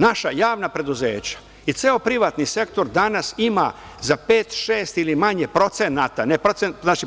Naša javna preduzeća i ceo privatni sektor danas ima za 5,6 ili manje procenata,